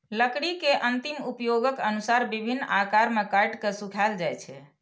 लकड़ी के अंतिम उपयोगक अनुसार विभिन्न आकार मे काटि के सुखाएल जाइ छै